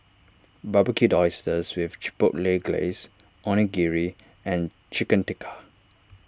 Barbecued Oysters with Chipotle Glaze Onigiri and Chicken Tikka